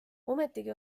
ometigi